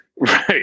Right